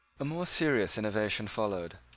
a more serious innovation followed.